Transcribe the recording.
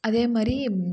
அதே மாதிரி